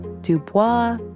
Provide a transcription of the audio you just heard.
Dubois